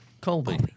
Colby